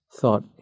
thought